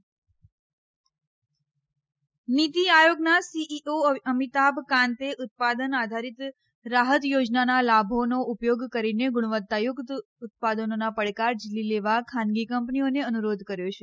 અમિતાભ કાન્ત નીતી આયોગના સીઈઓ અમિતાભ કાન્તે ઉત્પાદન આધારિત રાહૃત યોજનાના લાભોનો ઉપયોગ કરીને ગુણવત્તા યુક્ત ઉત્પાદનોનો પડકાર જીલી લેવા ખાનગી કંપનીઓને અનુરોધ કર્યો છે